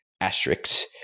asterisks